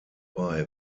hierbei